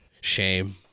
Shame